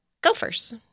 gophers